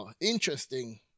interesting